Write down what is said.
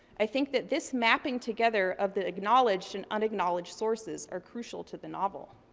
i think that this mapping together of the acknowledged and unacknowledged sources are crucial to the novel.